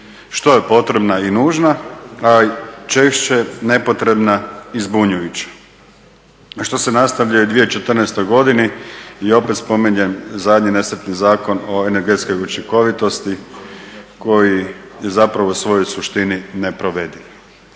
što je potrebna i nužna, a češće nepotrebna i zbunjujuća, a što se nastavlja i u 2014. godini. I opet spominjem zadnji nesretni Zakon o energetskoj učinkovitosti koji je zapravo u svojoj suštini neprovediv.